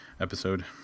episode